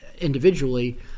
individually